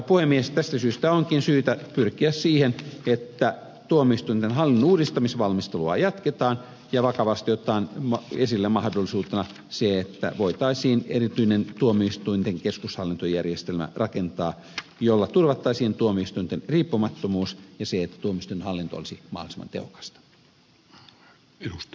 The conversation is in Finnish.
tästä syystä onkin syytä pyrkiä siihen että tuomioistuinten hallinnon uudistamisvalmistelua jatketaan ja vakavasti otetaan esille mahdollisuutena se että voitaisiin erityinen tuomioistuinten keskushallintojärjestelmä rakentaa jolla turvattaisiin tuomioistuinten riippumattomuus ja se että tuomioistuinhallinto olisi mahdollisimman tehokasta